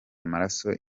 amaraso